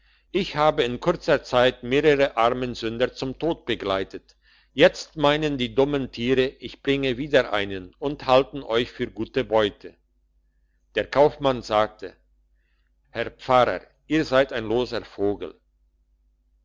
ich habe in kurzer zeit mehrere armen sünder zum tod begleitet jetzt meinen die dummen tiere ich bringe wieder einen und halten euch für gute beute der kaufmann sagte herr pfarrer ihr seid ein loser vogel